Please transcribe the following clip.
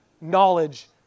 knowledge